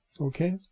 Okay